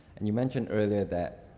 and you mentioned earlier, that,